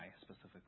specifically